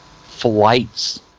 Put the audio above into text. flights